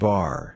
Bar